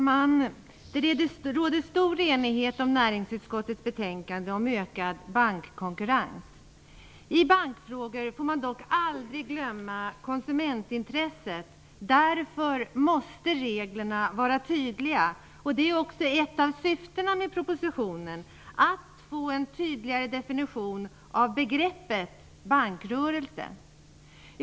Fru talman! Det råder stor enighet om näringsutskottets betänkande om ökad bankkonkurrens. I bankfrågor får man dock aldrig glömma konsumentintresset. Därför måste reglerna vara tydliga. Ett av syftena med propositionen är också att få en tydligare definition av begreppet bankrörelse.